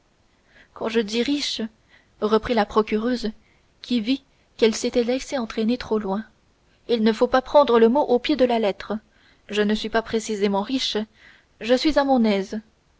quand je dis riche reprit la procureuse qui vit qu'elle s'était laissé entraîner trop loin il ne faut pas prendre le mot au pied de la lettre je ne suis pas précisément riche je suis à mon aise